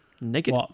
Naked